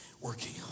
Working